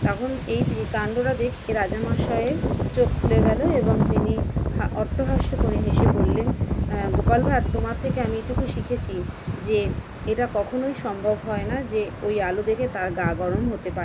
তখন এইতে কান্ডটা দেখে রাজামশায়ের চোখ খুলে গেল এবং তিনি হা অট্টহাস্য করে হেঁসে বললেন গোপাল ভাঁড় তোমার থেকে আমি এটুকু শিখেছি যে এটা কখনই সম্ভব হয় না যে ওই আলো দেখে তার গা গরম হতে পারে